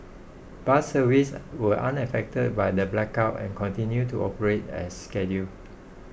bus services were unaffected by the blackout and continued to operate as scheduled